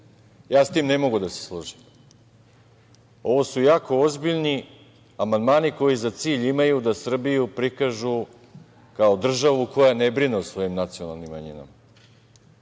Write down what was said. Ja sa tim ne mogu da se složim. Ovo su jako ozbiljni amandmani koji za cilj imaju da Srbiju prikažu kao državu koja ne brine o svojim nacionalnim manjinama.